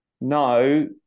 no